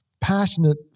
passionate